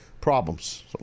problems